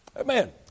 Amen